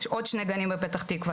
עוד שני גנים בפתח תקווה,